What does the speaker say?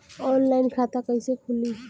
Online खाता कईसे खुलि?